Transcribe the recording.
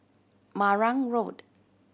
Marang Road